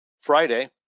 Friday